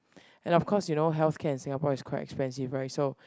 and of course you know healthcare in Singapore is quite expensive right so